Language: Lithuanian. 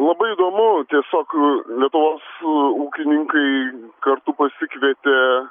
labai įdomu tiesiog lietuvos ūkininkai kartu pasikvietė